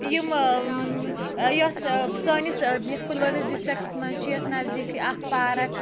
یِم یۄس سٲنِس یتھ پُلوٲمِس ڈِسٹرکَس مَنٛز چھِ یتھ نَزدیٖکھٕے اکھ پارَک